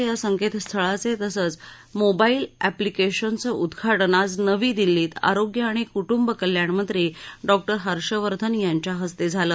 E दंतसेवा या संकेतस्थळाचे तसेच मोबाईल एप्लीकेशनेचं उद्घाटन आज नवी दिल्लीत आरोग्य आणि कुटुंब कल्याण मंत्री डॉक्टर हर्ष वर्धन यांच्या हस्ते करण्यात आलं